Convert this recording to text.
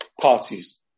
parties